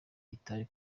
itari